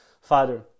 Father